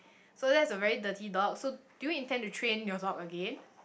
so that's a very dirty dog so do you intend to train your dog again